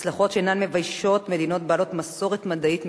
הצלחות שאינן מביישות מדינות בעלות מסורת מדעית מפותחת.